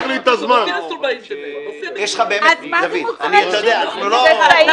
אז מה זה מוצרי עישון?